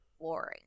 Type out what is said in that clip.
boring